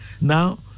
Now